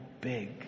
big